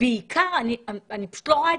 אם יש מעטפת, לעשות אותה ירוק, שחור, אדום, שקוף.